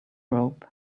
robe